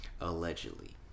Allegedly